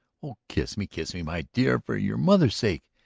oh, kiss me, kiss me, my dear, for your mother's sake,